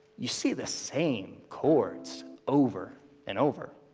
you see the same chords over and over,